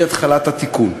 היא התחלת התיקון.